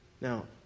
Now